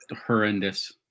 horrendous